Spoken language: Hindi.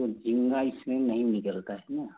तो झींगा इसमें नहीं निकलता है ना